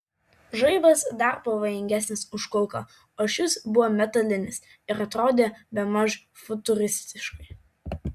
žaibas dar pavojingesnis už kulką o šis buvo metalinis ir atrodė bemaž futuristiškai